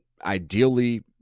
ideally